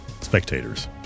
spectators